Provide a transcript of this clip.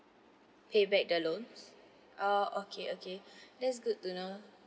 pay back the loan ah okay okay that's good to know